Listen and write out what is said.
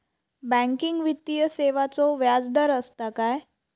Banking वित्तीय सेवाचो व्याजदर असता काय?